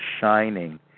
Shining